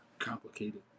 Complicated